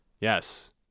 yes